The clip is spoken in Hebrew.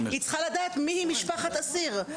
היא צריכה לדעת מי היא משפחת אסיר,